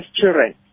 children